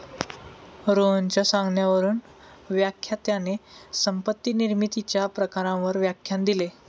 रोहनच्या सांगण्यावरून व्याख्यात्याने संपत्ती निर्मितीच्या प्रकारांवर व्याख्यान दिले